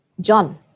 john